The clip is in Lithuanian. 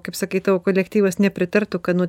kaip sakai tavo kolektyvas nepritartų kad nuo